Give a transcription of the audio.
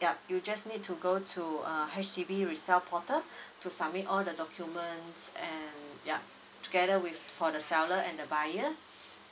yup you just need to go to uh H_D_B resell portal to submit all the documents and yeah together with for the seller and the buyer